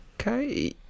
Okay